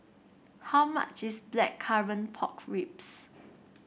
how much is Blackcurrant Pork Ribs